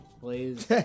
please